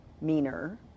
meaner